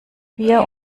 bier